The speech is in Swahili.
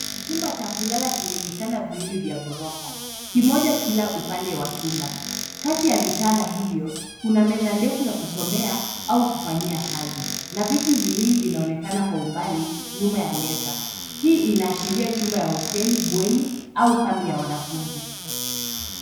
Chumba cha kulala chenye vitanda viwili vya ghorofa. Kimoja kila upande wa chumba. Kati ya vitanda hivyo, kuna meza ndefu ya kusomea au kufanyia kazi, na viti viwili vinaonekana kwa umbali, nyuma ya meza. Hii inaashiria nyuma ya hosteli , bweni, au kambi ya wanafunzi.